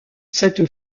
cette